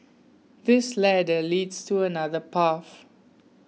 this ladder leads to another path